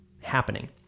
happening